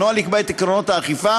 הנוהל יקבע את עקרונות האכיפה,